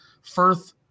Firth